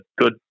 good